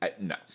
no